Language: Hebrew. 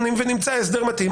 ונמצא הסדר מתאים,